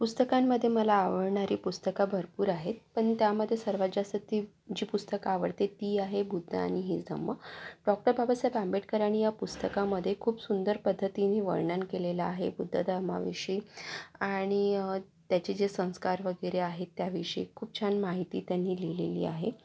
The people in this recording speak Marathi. पुस्तकांमध्ये मला आवडणारी पुस्तकं भरपूर आहेत पण त्यामध्ये सर्वात जास्त ती जी पुस्तकं आवडतेत ती आहेत बुद्ध आणि हिज धम्म डॉक्टर बाबासाहेब आंबेडकरांनी या पुस्तकामध्ये खूप सुंदर पद्धतीने वर्णन केलेलं आहे बुद्ध धर्माविषयी आणि त्याचे जे संस्कार वगैरे आहेत त्याविषयी खूप छान माहिती त्यांनी लिहिलेली आहे